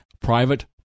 Private